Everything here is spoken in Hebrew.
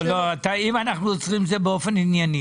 אם אנחנו עוצרים זה באופן ענייני,